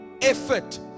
effort